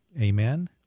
Amen